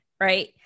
right